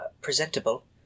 presentable